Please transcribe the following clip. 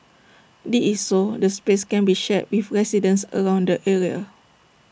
this is so the space can be shared with residents around the area